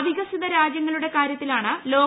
അവികസിത രാജ്യങ്ങളുടെ കാര്യത്തിലാണ് ഡബ്ലൂ